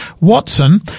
Watson